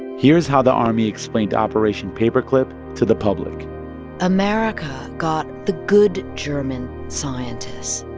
here's how the army explained operation paperclip to the public america got the good german scientists.